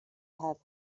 have